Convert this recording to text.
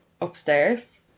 Upstairs